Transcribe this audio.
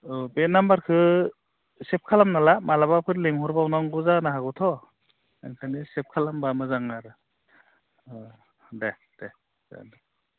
औ बे नाम्बारखौ सेभ खालामना ला माब्लाबाफोर लेंहरबावनांगौ जानो हागौथ' ओंखायनो सेभ खालामबा मोजां आरो अ दे दे दे